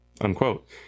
unquote